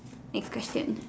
next question